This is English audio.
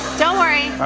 don't worry.